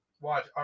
watch